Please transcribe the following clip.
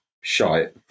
shite